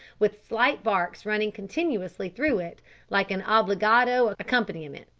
with slight barks running continuously through it like an obbligato accompaniment.